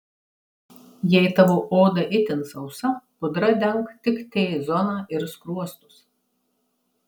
jei tavo oda itin sausa pudra denk tik t zoną ir skruostus